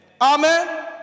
Amen